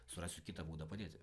surasiu kitą būdą padėti